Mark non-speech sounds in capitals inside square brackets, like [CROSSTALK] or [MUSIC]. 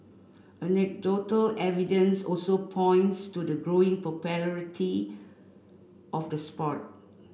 anecdotal evidence also points to the growing [UNINTELLIGIBLE] of the sport